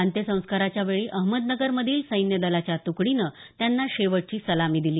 अंत्यसंस्कारावेळी अहमदनगरमधील सैन्य दलाच्या तुकडीन त्यांना शेवटची सलामी दिली